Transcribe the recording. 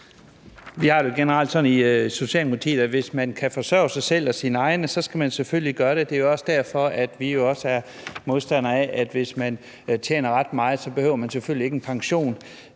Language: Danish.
Vi har det generelt sådan i Socialdemokratiet, at hvis man kan forsørge sig selv og sine egne, så skal man selvfølgelig gøre det, og det er også derfor, at vi er tilhængere af, at hvis man tjener ret meget, så behøver man selvfølgelig ikke en pension.